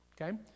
Okay